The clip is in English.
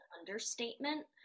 understatement